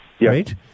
Right